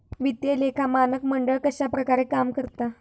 वित्तीय लेखा मानक मंडळ कश्या प्रकारे काम करता?